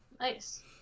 nice